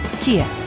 Kia